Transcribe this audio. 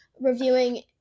reviewing